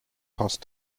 past